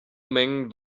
mengen